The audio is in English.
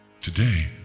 Today